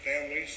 families